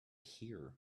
here